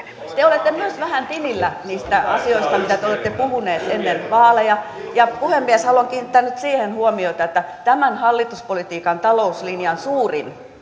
te olette myös vähän tilillä niistä asioista mitä te olette puhuneet ennen vaaleja puhemies haluan kiinnittää nyt siihen huomiota että tämän hallituspolitiikan talouslinjan suurin